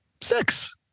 Six